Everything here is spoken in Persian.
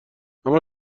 اما